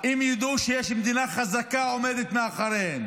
אם ידעו שיש מדינה חזקה שעומדת מאחוריהם